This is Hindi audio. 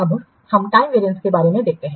अब हम टाइम वेरियंस के बारे में देखते हैं